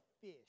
fish